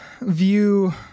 view